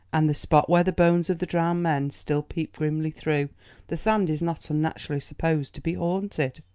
and the spot where the bones of the drowned men still peep grimly through the sand is not unnaturally supposed to be haunted.